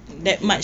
okay